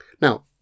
Now